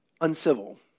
uncivil